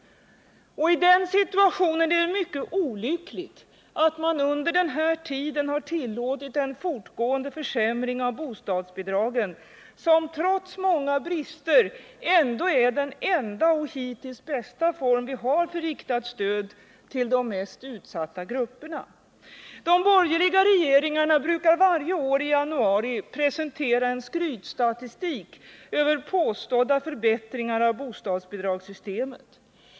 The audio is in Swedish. I den situationen är det mycket olyckligt att man under denna tid tillåtit en fortgående försämring av bostadsbidragen, som trots många brister dock är den enda och hittills bästa form vi har för riktat stöd till de mest utsatta grupperna. De borgerliga regeringarna brukar varje år i januari presentera en skrytstatistik över påstådda förbättringar av bostadsbidragssystemet.